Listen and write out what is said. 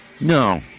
No